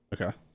Okay